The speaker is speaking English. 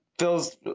feels